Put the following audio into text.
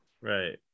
right